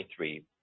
2023